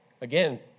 Again